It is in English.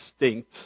distinct